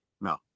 No